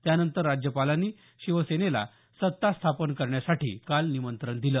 त्यानंतर राज्यपालांनी शिवसेनेला सत्ता स्थापन करण्यासाठी काल निमंत्रण दिलं